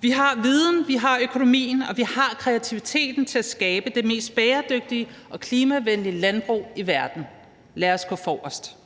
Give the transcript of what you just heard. Vi har viden, vi har økonomien og vi har kreativiteten til at skabe det mest bæredygtige og klimavenlige landbrug i verden. Lad os gå forrest.